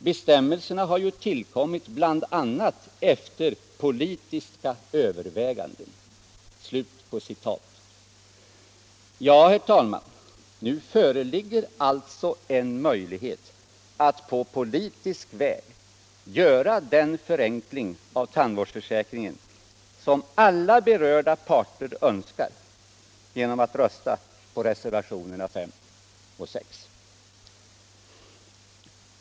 Bestämmelserna har ju tillkommit bla efter politiska överväganden.” Ja, herr talman, nu föreligger alltså en möjlighet att på politisk väg göra den förenkling av tandvårdsförsäkringen som alla berörda parter önskar — genom att rösta på reservationerna 5 och 6.